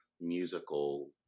musical